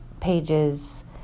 pages